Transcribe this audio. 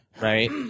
Right